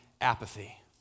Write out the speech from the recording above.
apathy